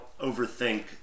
overthink